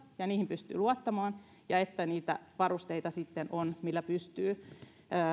ja niihin pystyy luottamaan ja että niitä varusteita sitten on joilla pystyy